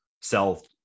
sell